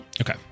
Okay